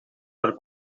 per